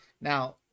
Now